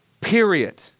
period